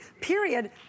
period